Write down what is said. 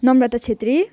Namrata Chhetri